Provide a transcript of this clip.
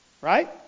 Right